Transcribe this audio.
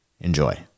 Enjoy